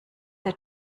der